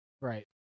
Right